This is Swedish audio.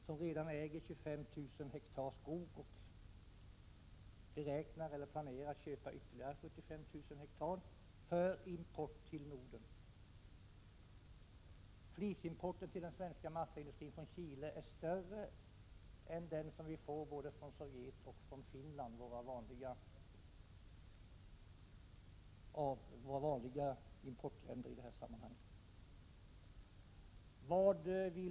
Det företaget äger redan 25 000 hektar skogsmark och planerar att köpa ytterligare 75 000 hektar för att möjliggöra import till Norden. Flisimporten från Chile till den svenska massaindustrin är större än flisimporten från både Sovjet och Finland, våra vanligaste importländer i detta sammanhang. den?